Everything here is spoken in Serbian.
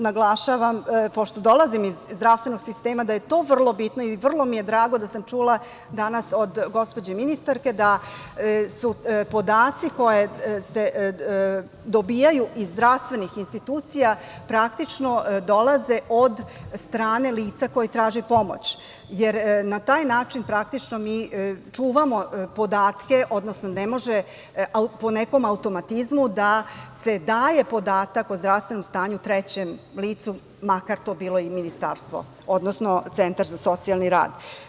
Naglašavam, pošto dolazim iz zdravstvenog sistema, da je to vrlo bitno i vrlo mi je drago da sam čula danas od gospođe ministarke da su podaci koji se dobijaju iz zdravstvenih institucija, praktično dolaze od strane lica koja traže pomoć, jer na taj način, praktično, mi čuvamo podatke, odnosno ne može po nekom automatizmu da se daje podatak o zdravstvenom stanju trećem licu, makar to bilo i ministarstvo, odnosno centar za socijalni rad.